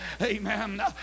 Amen